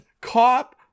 Cop